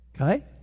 Okay